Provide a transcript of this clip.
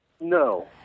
No